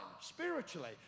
spiritually